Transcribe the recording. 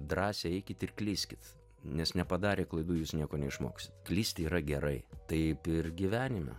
drąsiai eikit ir klyskit nes nepadarė klaidų jūs nieko neišmoks klysti yra gerai taip ir gyvenime